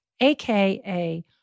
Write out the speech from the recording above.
AKA